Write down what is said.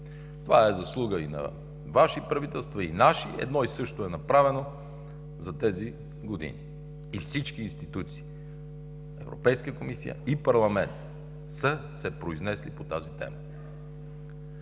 Това е заслуга и на Ваши правителства, и наши – едно и също е направено за тези години. И всички институции – Европейската комисия и парламентът са се произнесли по тази тема.